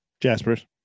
Jaspers